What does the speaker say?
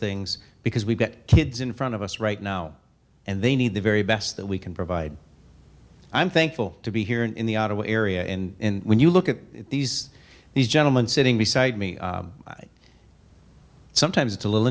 things because we've got kids in front of us right now and they need the very best that we can provide i'm thankful to be here in the ottawa area and when you look at these these gentlemen sitting beside me sometimes it's a little